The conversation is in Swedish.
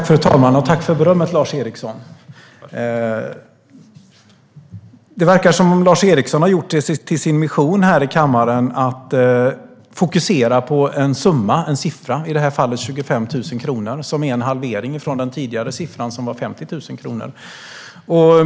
Fru talman! Tack för berömmet, Lars Eriksson! Det verkar som att Lars Eriksson har gjort det till sin mission här i kammaren att fokusera på en siffra - i det här fallet 25 000 kronor - som innebär en halvering från siffran som gällde tidigare, 50 000 kronor.